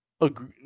agree